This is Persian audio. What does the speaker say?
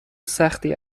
سختی